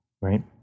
Right